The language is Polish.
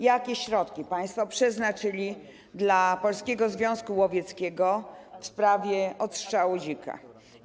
Jakie środki państwo przeznaczyli dla Polskiego Związku Łowieckiego w sprawie odstrzału dzików?